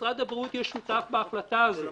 משרד הבריאות יהיה שותף בהחלטה הזו,